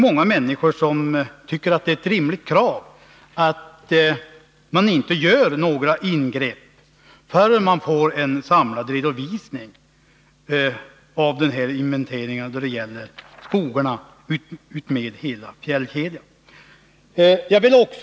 Många människor tycker att det är ett rimligt krav att inga ingrepp görs förrän en samlad redovisning föreligger när det gäller inventeringen av skogarna utmed hela fjällkedjan.